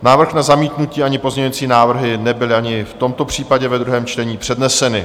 Návrh na zamítnutí ani pozměňující návrhy nebyly ani v tomto případě ve druhém čtení předneseny.